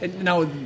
Now